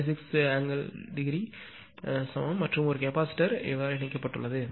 56 ° க்கு சமம் மற்றும் ஒரு கெபாசிட்டர் இணைக்கப்பட்டுள்ளது